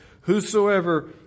Whosoever